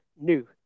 new